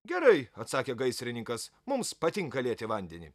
gerai atsakė gaisrininkas mums patinka lieti vandenį